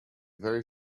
very